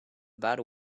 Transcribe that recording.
bad